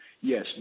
Yes